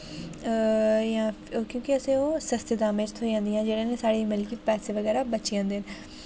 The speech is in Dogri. जां क्युंकि असेंगी ओह् सस्ती दामैं च थ्होंई जेह्ड़ी साढ़े मतलब कि पैसें बगैरा बची जंदे न